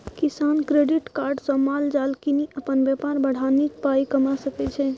किसान credit card सँ माल जाल कीनि अपन बेपार बढ़ा नीक पाइ कमा सकै छै